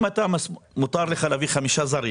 אם מותר לך להביא חמישה זרים